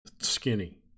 Skinny